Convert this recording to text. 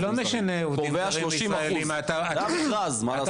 הוא קובע 30%. זה המכרז, מה לעשות?